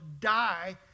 die